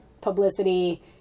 publicity